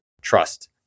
trust